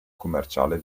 commerciale